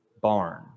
barn